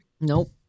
Nope